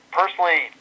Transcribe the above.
personally